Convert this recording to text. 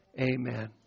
amen